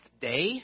day